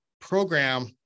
program